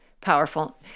powerful